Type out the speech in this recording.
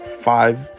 five